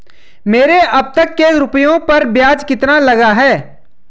मेरे अब तक के रुपयों पर ब्याज कितना लगा है?